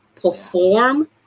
Perform